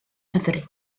hyfryd